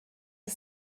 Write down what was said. que